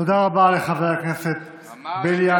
תודה רבה לחבר הכנסת בליאק.